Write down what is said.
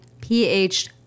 pH